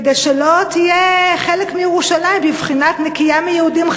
כדי שלא יהיה חלק מירושלים בבחינת נקי מיהודים,